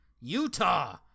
utah